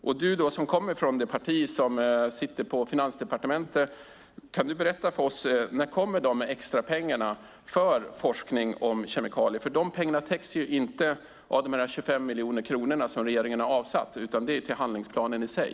Kan du som kommer från det parti som sitter på Finansdepartementet berätta för oss när de extra pengarna kommer för forskning om kemikalier? De pengarna täcks ju inte av de 25 miljoner kronorna som regeringen har avsatt, utan de är till handlingsplanen i sig.